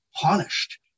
punished